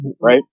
Right